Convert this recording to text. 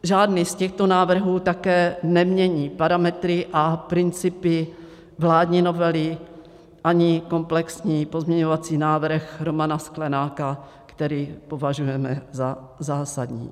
Žádný z těchto návrhů také nemění parametry a principy vládní novely ani komplexní pozměňovací návrh Romana Sklenáka, který považujeme za zásadní.